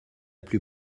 plus